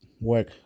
work